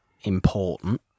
important